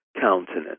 countenance